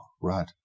Right